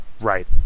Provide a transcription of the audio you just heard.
Right